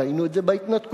ראינו את זה בהתנתקות,